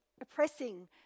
oppressing